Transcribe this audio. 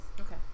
Okay